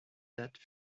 date